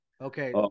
Okay